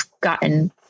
gotten